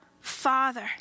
Father